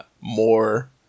more